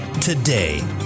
today